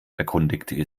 erkundigte